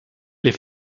les